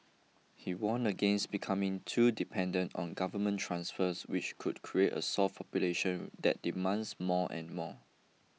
he warned against becoming too dependent on government transfers which would create a soft population that demands more and more